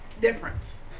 difference